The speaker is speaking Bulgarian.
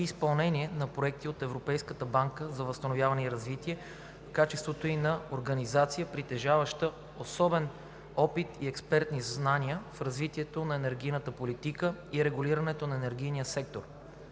и изпълнение на проекти от Европейската банка за възстановяване и развитие, в качеството ѝ на организация, притежаваща особен опит и експертни знания в развитието на енергийната политика и регулирането на енергийния сектор.